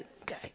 Okay